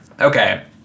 Okay